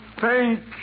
thank